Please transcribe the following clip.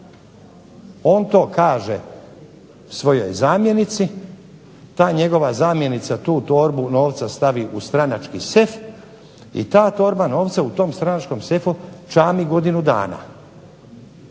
On to kaže svojoj zamjenici, ta njegova zamjenica tu torbu novca stavi u stranački sef i ta torba novaca u stranačkom sefu čami godinu dana.